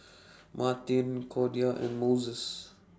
Martine Cordia and Moses